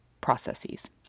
processes